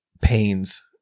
pains